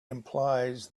implies